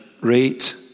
rate